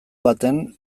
baten